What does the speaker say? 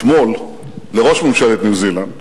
אתמול לראש ממשלת ניו-זילנד